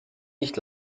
nicht